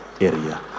area